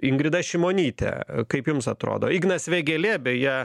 ingrida šimonytė kaip jums atrodo ignas vėgėlė beje